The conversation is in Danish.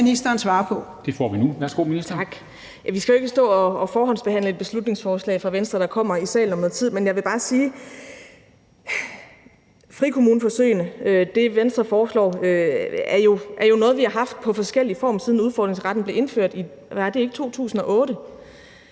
Vi skal jo ikke stå og forhåndsbehandle et beslutningsforslag fra Venstre, der kommer i salen om noget tid, men jeg vil bare sige, at frikommuneforsøgene, som er det, Venstre foreslår, jo er noget, vi har haft i forskellige former, siden udfordringsretten blev indført i –